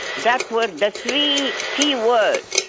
that were the three key words.